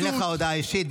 אין לך הודעה אישית,